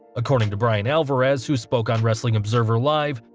according to bryan alverez who spoke on wrestling observer live,